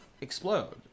explode